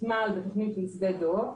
הוותמ"ל בתוכנית של שדה דב,